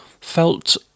felt